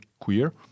queer